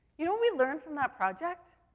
you know what we learned from that project?